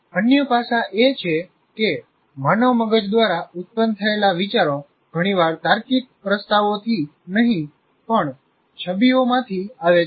અન્ય પાસા એ છે કે માનવ મગજ દ્વારા ઉત્પન્ન થયેલા વિચારો ઘણીવાર તાર્કિક પ્રસ્તાવોથી નહીં પણ છબીઓમાંથી આવે છે